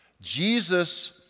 Jesus